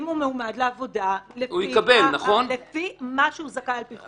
אם הוא מועמד לעבודה, לפי מה שהוא זכאי על פי חוק.